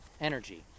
energy